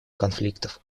конфликтов